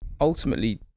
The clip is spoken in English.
ultimately